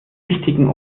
wichtigen